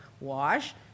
wash